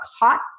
Hot